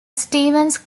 stevens